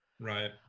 Right